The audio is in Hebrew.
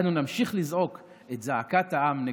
אנו נמשיך לזעוק את זעקת העם נגדכם.